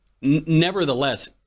nevertheless